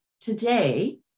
today